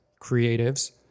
creatives